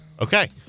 Okay